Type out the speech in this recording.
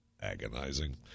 agonizing